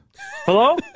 Hello